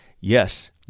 yes